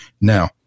Now